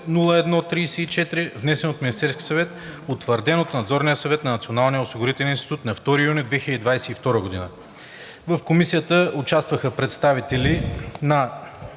202-01-34, внесен от Министерския съвет, утвърден от Надзорния съвет на Националния осигурителен институт на 2 юни 2022 г. В Комисията участваха представители на